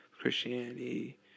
Christianity